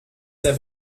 der